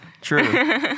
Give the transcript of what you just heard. True